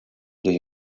they